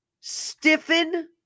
stiffen